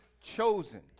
chosen